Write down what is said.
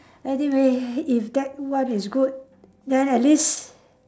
anyway if that one is good then at least